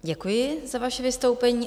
Děkuji za vaše vystoupení.